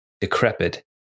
decrepit